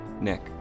Nick